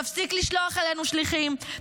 תפסיק לשלוח אלינו שליחים,